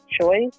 choice